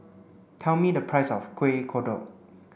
tell me the price of Kuih Kodok